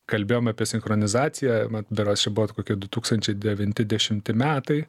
kalbėjom apie sinchronizaciją mat berods čia buvo kokie du tūkstančiai devinti dešimti metai